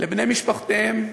לבני משפחותיהם,